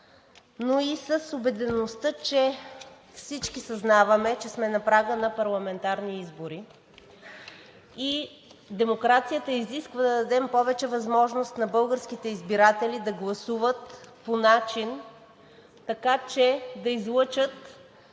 но и с убедеността, че всички съзнаваме, че сме на прага на парламентарни избори и демокрацията изисква да дадем повече възможност на българските избиратели да гласуват по начин, така че да излъчат